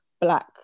Black